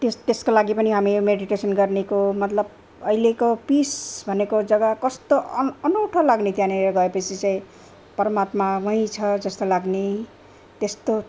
त्यस त्यसको लागि पनि हामी मेडिटेसन गर्नेको मतलब अहिलेको पिस भनेको जग्गा कस्तो अनौठो लाग्ने त्यहाँनिर गएपछि चाहिँ परमात्मा वहीँ छ जस्तो लाग्ने त्यस्तो